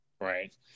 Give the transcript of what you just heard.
Right